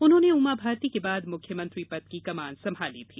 उन्होंने उमाभारती के बाद मुख्यमंत्री पद की कमान संभाली थी